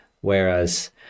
Whereas